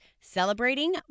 celebrating